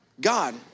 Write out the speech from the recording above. God